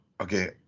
okay